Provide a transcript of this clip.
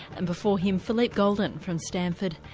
and before him phillipe goldin from stanford,